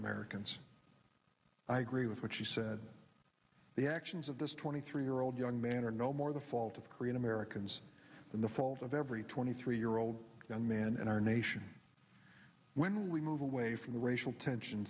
americans i agree with what she said the actions of this twenty three year old young man are no more the fault of korean americans than the fault of every twenty three year old young man and our nation when we move away from the racial tension